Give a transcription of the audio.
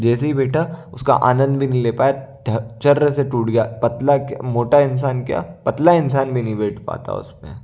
जैसे ही बैठा उसका आनंद भी ले पाए चर्र से टूट गया पतला के मोटा इंसान क्या पतला इंसान भी नहीं बैठ पाता उस पर